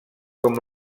com